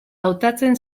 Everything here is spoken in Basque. hautatzen